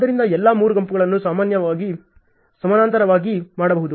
ಆದ್ದರಿಂದ ಎಲ್ಲಾ 3 ಗೋಪುರಗಳನ್ನು ಸಮಾನಾಂತರವಾಗಿ ಮಾಡಬಹುದು